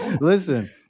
listen